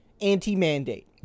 anti-mandate